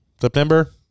September